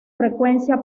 frecuencia